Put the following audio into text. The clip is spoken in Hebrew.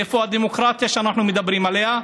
איפה הדמוקרטיה שאנחנו מדברים עליה?